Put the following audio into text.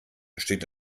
steht